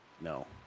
No